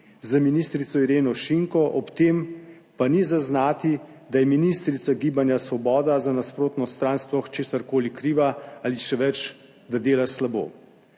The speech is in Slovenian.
z ministrico Ireno Šinko, ob tem pa ni zaznati, da je ministrica Gibanja Svoboda za nasprotno stran sploh česarkoli kriva ali še več, da dela slabo.